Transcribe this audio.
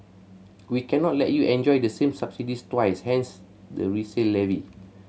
we cannot let you enjoy the same subsidies twice hence the resale levy